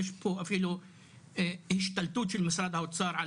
יש פה אפילו השתלטות של משרד האוצר על